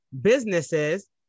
businesses